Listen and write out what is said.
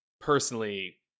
personally